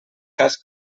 cas